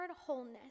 wholeness